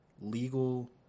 legal